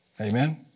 Amen